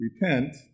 repent